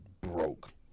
broke